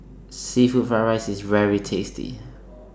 Seafood Fried Rice IS very tasty